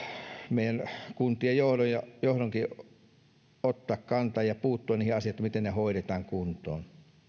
meidän kuntien johdonkin ottaa kantaa ja puuttua niihin asioihin miten ne hoidetaan kuntoon